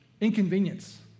inconvenience